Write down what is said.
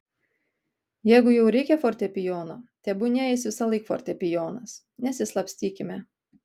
jeigu jau reikia fortepijono tebūnie jis visąlaik fortepijonas nesislapstykime